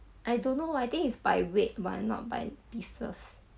I don't know ah I think it's by weight [one] not by pieces